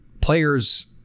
Players